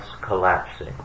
collapsing